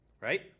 right